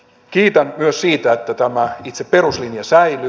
kiitän myös siitä että tämä itse peruslinja säilyy